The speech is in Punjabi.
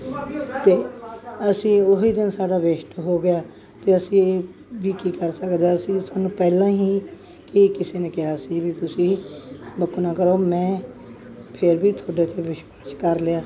ਅਤੇ ਅਸੀਂ ਉਹੀ ਦਿਨ ਸਾਡਾ ਵੇਸਟ ਹੋ ਗਿਆ ਅਤੇ ਅਸੀਂ ਵੀ ਕੀ ਕਰ ਸਕਦੇ ਅਸੀਂ ਸਾਨੂੰ ਪਹਿਲਾਂ ਹੀ ਕਿ ਕਿਸੇ ਨੇ ਕਿਹਾ ਸੀ ਵੀ ਤੁਸੀਂ ਬੁੱਕ ਨਾ ਕਰੋ ਮੈਂ ਫਿਰ ਵੀ ਤੁਹਾਡੇ 'ਤੇ ਵਿਸ਼ਵਾਸ ਕਰ ਲਿਆ